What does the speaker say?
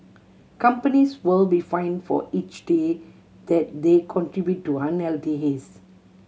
companies will be fined for each day that they contribute to unhealthy haze